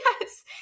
Yes